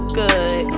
good